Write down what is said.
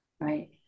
Right